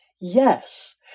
Yes